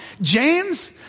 James